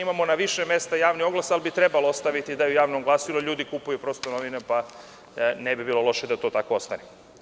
Imamo sada na više mesta javni oglas, ali bi trebalo ostaviti da i u javnom glasilu ljudi kupuju prosto novine, pa ne bi bilo loše da to tako ostane.